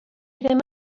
ddim